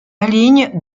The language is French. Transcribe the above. aligne